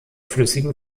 flüssigen